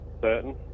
certain